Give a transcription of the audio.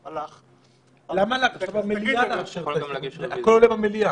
ותבקשו לדעת אותו --- גם אם זה לא יהיה בחקיקה,